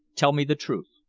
tell me the truth.